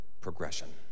progression